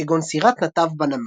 כגון "סירת נתב" בנמל.